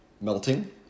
melting